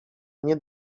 nie